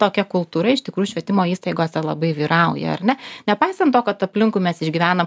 tokia kultūra iš tikrųjų švietimo įstaigose labai vyrauja ar ne nepaisant to kad aplinkui mes išgyvenam